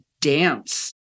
dance